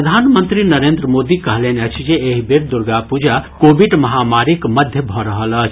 प्रधानमंत्री नरेन्द्र मोदी कहलनि अछि जे एहि बेर दुर्गा पूजा कोविड महामारीक मध्य भऽ रहल अछि